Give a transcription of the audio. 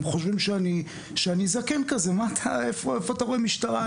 הם חושבים שאני זקן כזה "איפה אתה רואה משטרה?